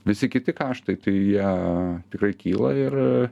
visi kiti karštai tai jie tikrai kyla ir